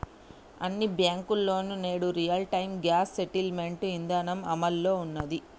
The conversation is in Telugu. అన్ని బ్యేంకుల్లోనూ నేడు రియల్ టైం గ్రాస్ సెటిల్మెంట్ ఇదానం అమల్లో ఉన్నాది